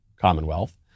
Commonwealth